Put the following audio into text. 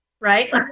right